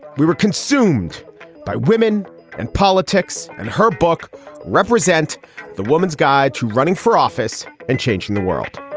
we were consumed by women and politics and her book represent the woman's guide to running for office and changing the world